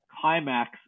climax